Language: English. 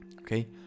Okay